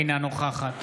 אינה נוכחת